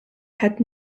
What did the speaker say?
had